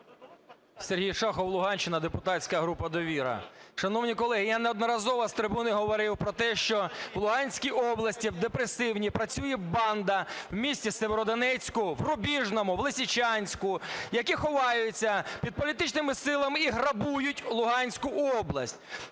С.В. Шахов Сергій, депутатська група "Довіра". Шановні колеги, я неодноразово з трибуни говорив про те, що в Луганській області, депресивній, працює банда в місті Сєвєродонецьку, в Рубіжному, в Лисичанську, які ховаються під політичними силами і грабують Луганську область.